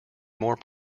more